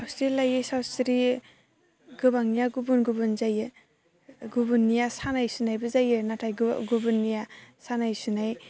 सावस्रि लायै सावस्रि गोबांनिया गुबुन गुबुन जायो गुबुननिया सानाय सुनायबो जायो नाथाय गुबुननिया सानाय सुनाय